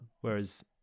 Whereas